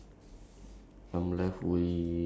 okay I'm left with